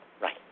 Right